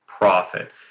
profit